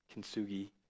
Kintsugi